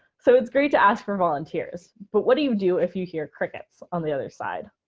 so it's great to ask for volunteers. but what do you do if you hear crickets on the other side?